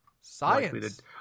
Science